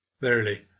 Verily